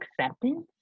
acceptance